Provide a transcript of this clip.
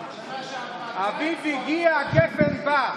אביב הגיע, גפן בא.